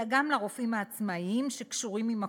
אלא גם לרופאים העצמאים שקשורים עם הקופות.